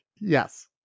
Yes